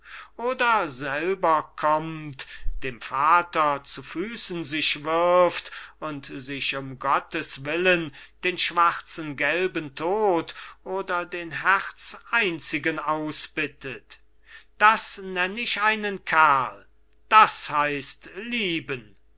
oder selber kommt dem vater zu füßen sich wirft und sich um gotteswillen den schwarzen gelben tod oder den herzeinigen ausbittet das nenn ich einen kerl das heißt lieben